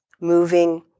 moving